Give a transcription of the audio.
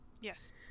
Yes